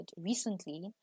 recently